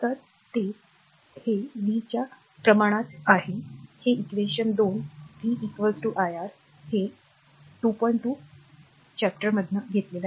तर ते r हे v च्या प्रमाणात आहे हे प्रकरण 2 v IR चे 2 2